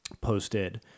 posted